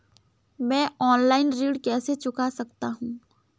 मैं ऑफलाइन ऋण कैसे चुका सकता हूँ?